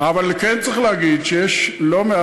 אבל כן צריך להגיד שיש בגליל המערבי לא